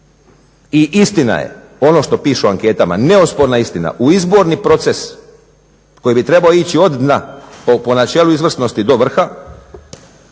I istina je ono što piše u anketama, neosporna istina u izborni proces koji bi trebao ići od dna po načelu izvrsnosti do vrha